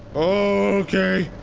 oh okay.